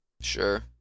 Sure